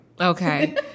Okay